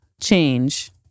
change